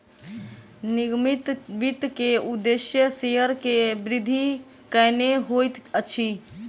निगमित वित्त के उदेश्य शेयर के वृद्धि केनै होइत अछि